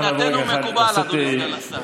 מבחינתנו מקובל, אדוני סגן השר.